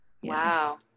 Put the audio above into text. Wow